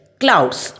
clouds